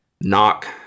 knock